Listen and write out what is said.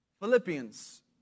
Philippians